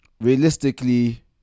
Realistically